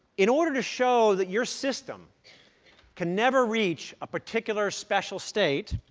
in order to show that your system can never reach a particular special state,